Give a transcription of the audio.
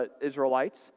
Israelites